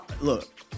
Look